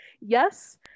Yes